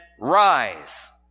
Rise